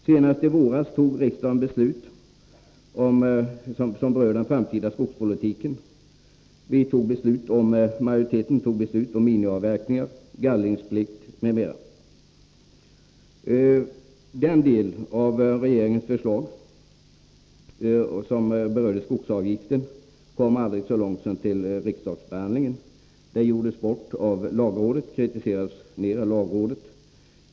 Senast i våras fattade riksdagen beslut som berör den framtida skogspolitiken. Majoriteten fattade beslut om minimiavverkningar, gallringsplikt m.m. 23 Den del av regeringens förslag som gällde skogsavgiften kom aldrig så långt som till riksdagsbehandling. Det förslaget kritiserades ned av lagrådet.